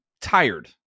tired